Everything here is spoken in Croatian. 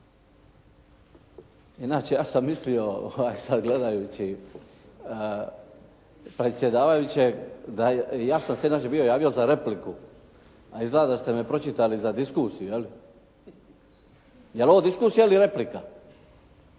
Inače ja sam mislio sad gledajući predsjedavajućeg, ja sam se inače bio javio za repliku a izgleda da ste me pročitali za diskusiju jel'? Jel' ovo diskusija ili replika?